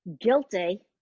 guilty